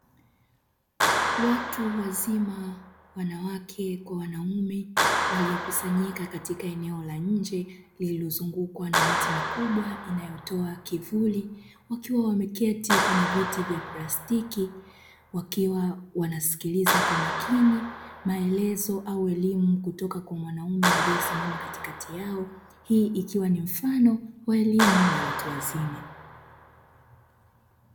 Watu wazima, wanawake kwa wanaume, waliokusanyika katika eneo la nje lililozungukwa na miti mikubwa inayotoa kivuli. Wakiwa wameketi kwenye viti vya plastiki, wakiwa wanasikiliza kwa makini maelezo au elimu kutoka kwa mwanaume aliyesimama katikati yao. Hii ikiwa ni mfano wa elimu ya watu wazima.